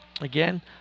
Again